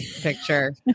picture